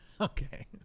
Okay